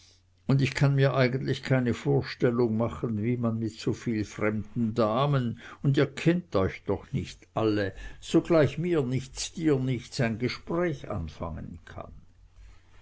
und ich kann mir eigentlich keine vorstellung machen wie man mit soviel fremden damen und ihr kennt euch doch nicht alle so gleich mir nichts dir nichts ein gespräch anfangen kann